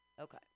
Okay